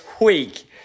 week